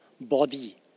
body